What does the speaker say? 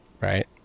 Right